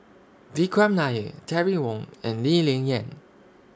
Vikram Nair Terry Wong and Lee Ling Yen